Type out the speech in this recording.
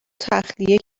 تخلیه